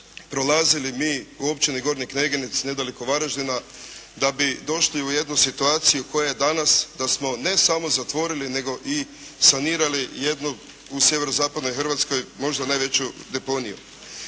prolazili mi u općini Gornji Kneginec nedaleko Varaždina da bi došli u jedno situaciju koja je danas da smo ne samo zatvorili nego i sanirali jednu nego i sanirali jednu, u sjeverozapadnoj Hrvatskoj možda najveću deponiju.